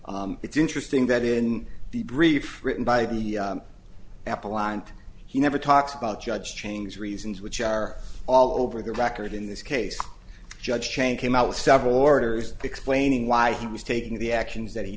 arbitrary it's interesting that in the brief written by the apple ont he never talks about judge change reasons which are all over the record in this case judge chain came out with several orders explaining why he was taking the actions that he